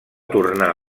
tornar